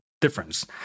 difference